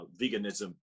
veganism